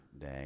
day